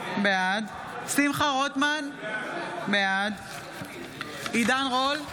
בעד שמחה רוטמן, בעד עידן רול,